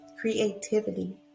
creativity